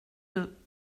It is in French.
eux